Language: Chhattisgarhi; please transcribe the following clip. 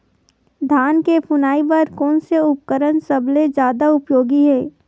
धान के फुनाई बर कोन से उपकरण सबले जादा उपयोगी हे?